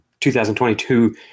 2022